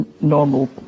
normal